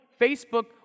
Facebook